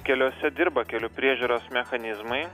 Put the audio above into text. keliuose dirba kelių priežiūros mechanizmai